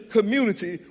community